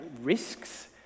risks